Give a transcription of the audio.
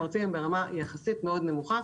הם יחסית ברמה מאוד נמוכה.